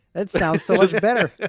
that sounds so much better.